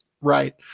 right